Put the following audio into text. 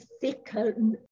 thicken